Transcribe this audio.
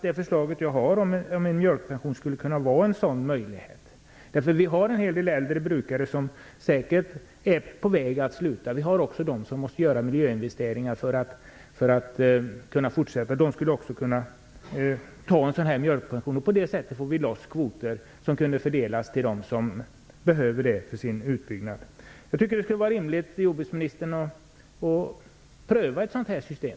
Det förslag som jag har om en mjölkpension skulle kunna vara en sådan möjlighet. Vi har en hel del äldre brukare som säkert är på väg att sluta. Vi har också de som måste göra miljöinvesteringar för att kunna fortsätta. Också de skulle kunna ta en mjölkpension. På det sättet får vi loss kvoter som kunde fördelas till dem som behöver de kvoterna för sin utbyggnad. Det skulle vara rimligt, jordbruksministern, att pröva ett sådant system.